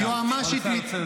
היועמ"שית --- סליחה,